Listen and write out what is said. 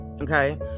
okay